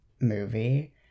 movie